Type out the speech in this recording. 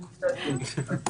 חודש זו תקופה שהמטופל נקשר למטפל,